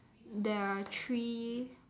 there are three